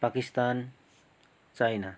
Pakistan China